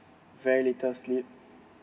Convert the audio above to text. very little sleep